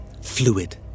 fluid